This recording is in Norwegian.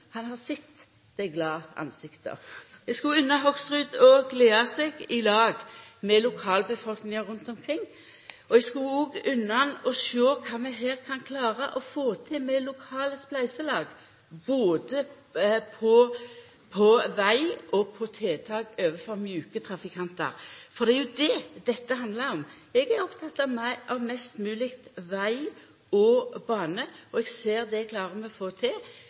Han har sett dei glade ansikta. Eg skulle ha unnt Hoksrud å gleda seg i lag med lokalbefolkningane rundt omkring, og eg skulle òg unnt han å sjå kva vi her kan klara å få til med lokale spleiselag, både på veg og på tiltak for mjuke trafikantar. Det er jo det dette handlar om. Eg er oppteken av mest mogleg veg og bane, og eg ser at det klarer vi å få til